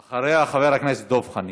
אחריה, חבר הכנסת דב חנין.